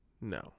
No